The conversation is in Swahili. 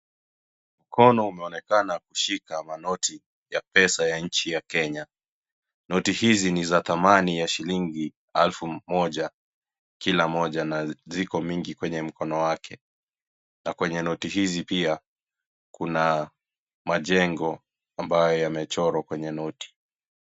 Mkono umeonekana kushika manoti ya pesa ya nchi ya Kenya. Noti hizi ni za dhamani ya shilingi elfu moja, kila moja na ziko mingi kwenye mkono wake na kwenye noti hizi pia, kuna majengo ambaye yamechorwa kwenye noti.